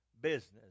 business